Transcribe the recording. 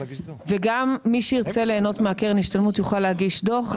וגם מי שירצה ליהנות מקרן ההשתלמות יוכל להגיש דוח.